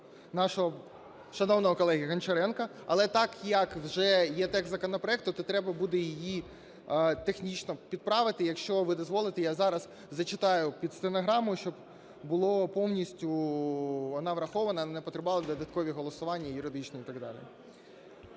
нашого шановного колеги Гончаренка. Але так, як вже є текст законопроекту, то треба буде її технічно підправити. Якщо ви дозволите, я зараз зачитаю під стенограму, щоб була повністю вона врахована і не потребувала додаткових голосувань і юридичних і так далі.